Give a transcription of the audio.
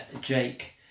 Jake